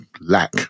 lack